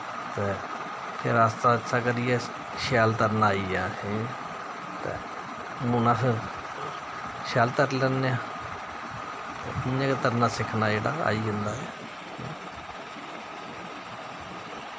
ते फिर आस्ता आस्ता करियै शैल तरना आई गेआ असेंगी ते हून अस शैल तरी लैन्ने आं ते इ'यां गै तरना जेह्ड़ा आई जंदा ऐ